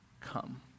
come